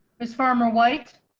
as farmer white